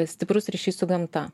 stiprus ryšys su gamta